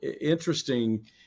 interesting